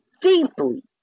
deeply